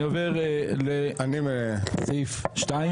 אני עובר לסעיף הבא.